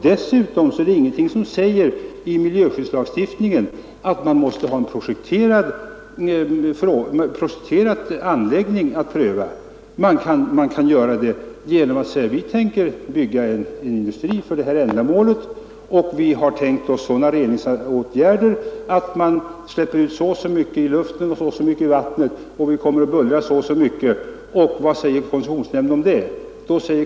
Dessutom är det ingenting i miljöskyddslagstiftningen som säger att prövningen måste avse en projekterad anläggning. Det kan räcka med ett uttalande att man tänker bygga en industri för ett visst ändamål och därvid har tänkt sig reningsåtgärder som innebär att man släpper ut så och så mycket i luften, så och så mycket i vattnet samt att bullret blir så och så starkt. Vad säger koncessionsnämnden om detta?